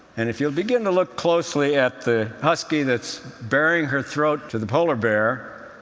and if you'll begin to look closely at the husky that's bearing her throat to the polar bear,